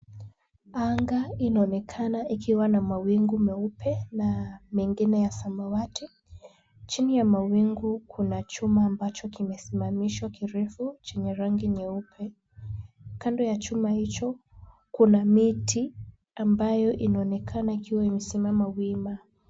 Anga inaonekana ikiwa na mawingu meupe na mengine ya samawati. Chini ya mawingu kuna chuma ambacho kimesimamishwa kirefu chenye rangi nyeupe. Kando ya chuma hicho, kuna miti ambayo inaonekana ikiwa imesimama wima.